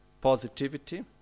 positivity